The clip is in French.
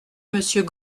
monsieur